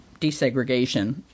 desegregation